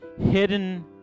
hidden